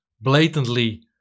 blatantly